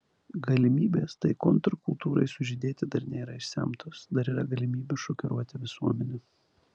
galimybės tai kontrkultūrai sužydėti dar nėra išsemtos dar yra galimybių šokiruoti visuomenę